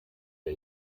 der